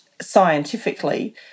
scientifically